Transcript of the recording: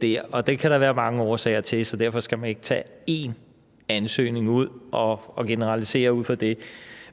det kan der være mange årsager til, så derfor skal man ikke tage en ansøgning ud og generalisere ud fra det.